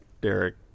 Derek